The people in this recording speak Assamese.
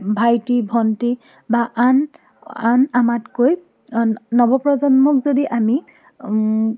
ভাইটি ভণ্টি বা আন আন আমাতকৈ নৱপ্ৰজন্মক যদি আমি